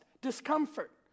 discomfort